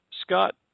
Scott